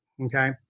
Okay